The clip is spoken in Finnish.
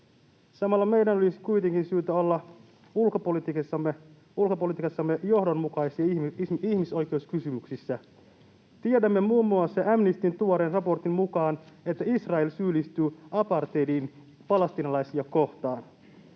Samalla meidän olisi kuitenkin syytä olla ulkopolitiikassamme johdonmukaisia ihmisoikeuskysymyksissä. Tiedämme, että muun muassa Amnestyn tuoreen raportin mukaan Israel syyllistyy apartheidiin palestiinalaisia kohtaan.